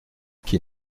qui